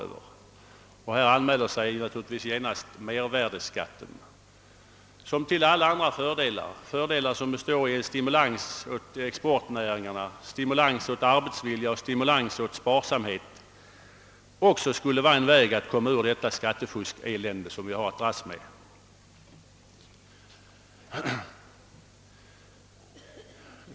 Därvid anmäler sig naturligtvis genast mervärdeskatten, som utöver sådana fördelar som stimulans för exportnäringarna, arbetsvilja och sparsamhet skulle vara en väg att komma ur det skattefuskelände som vi nu dras med.